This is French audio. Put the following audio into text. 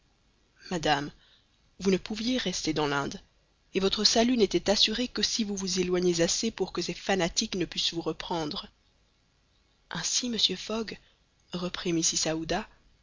madame vous ne pouviez rester dans l'inde et votre salut n'était assuré que si vous vous éloigniez assez pour que ces fanatiques ne pussent vous reprendre ainsi monsieur fogg reprit mrs